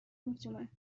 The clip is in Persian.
میتونه